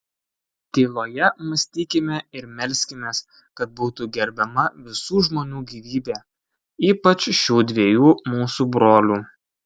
tyloje mąstykime ir melskimės kad būtų gerbiama visų žmonių gyvybė ypač šių dviejų mūsų brolių